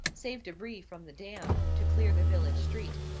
save debris from the dam, to clear the village street.